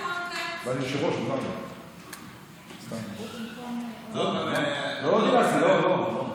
לא דילגתי, לא.